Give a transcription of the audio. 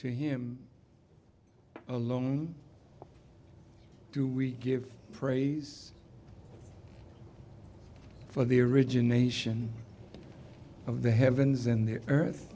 to him alone do we give praise for the origination of the heavens and the earth